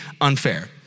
unfair